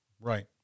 Right